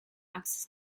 access